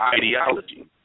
ideology